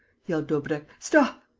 yelled daubrecq. stop!